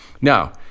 Now